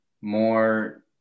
more